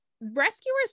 rescuers